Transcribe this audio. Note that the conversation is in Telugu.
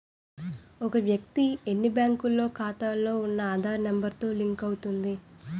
ఒక వ్యక్తి ఎన్ని బ్యాంకుల్లో ఖాతాలో ఉన్న ఆధార్ నెంబర్ తో లింక్ అవుతుంది